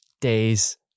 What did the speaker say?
days